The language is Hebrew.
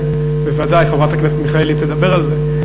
בוודאי חברת הכנסת מיכאלי תדבר על זה,